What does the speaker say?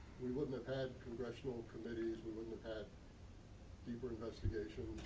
we wouldn't have had congressional committees. we wouldn't have had deeper investigation.